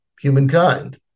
humankind